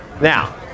Now